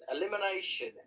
Elimination